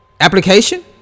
application